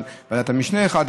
בוועדת המשנה אחד,